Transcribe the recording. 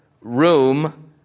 room